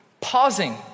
pausing